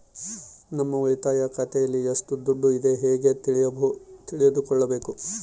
ನಮ್ಮ ಉಳಿತಾಯ ಖಾತೆಯಲ್ಲಿ ಎಷ್ಟು ದುಡ್ಡು ಇದೆ ಹೇಗೆ ತಿಳಿದುಕೊಳ್ಳಬೇಕು?